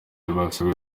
basabwe